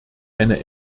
eine